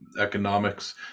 economics